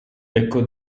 becco